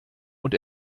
und